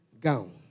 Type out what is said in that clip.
gown